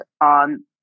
on